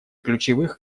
ключевых